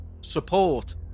support